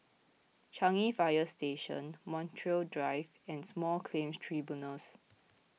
Changi Fire Station Montreal Drive and Small Claims Tribunals